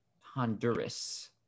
Honduras